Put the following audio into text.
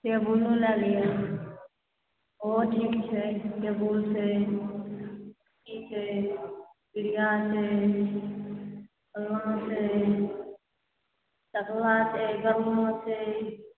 टेबुलो लए लिअ ओहो ठीक छै टेबुल छै कुर्सी छै पीढ़ीआ छै अलना छै तख़्ता छै छै